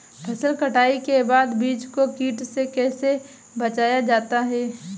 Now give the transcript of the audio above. फसल कटाई के बाद बीज को कीट से कैसे बचाया जाता है?